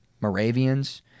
Moravians